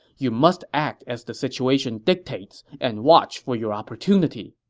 you must act as the situation dictates and watch for your opportunity.